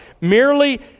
merely